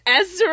Ezra